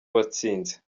watsinze